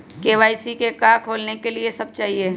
KYC का का खोलने के लिए कि सब चाहिए?